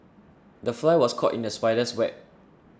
the fly was caught in the spider's web